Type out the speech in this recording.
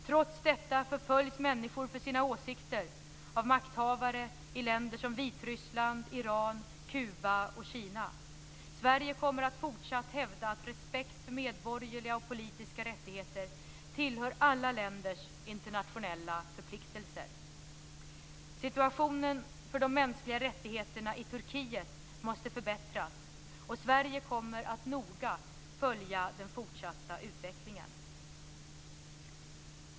Trots detta förföljs människor för sina åsikter av makthavare i länder som Vitryssland, Iran, Kuba och Kina. Sverige kommer att fortsatt hävda att respekt för medborgerliga och politiska rättigheter tillhör alla länders internationella förpliktelser. Situationen för de mänskliga rättigheterna i Turkiet måste förbättras. Sverige kommer att noga följa den fortsatta utvecklingen.